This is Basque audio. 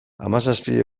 hamazazpi